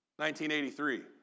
1983